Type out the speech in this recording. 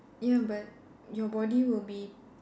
ya but your body will be